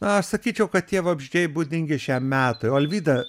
na aš sakyčiau kad tie vabzdžiai būdingi šiam metui o alvyda